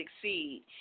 succeed